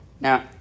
Now